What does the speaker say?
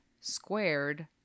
squared